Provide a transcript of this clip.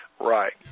Right